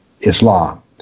Islam